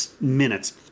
minutes